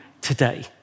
today